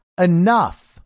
enough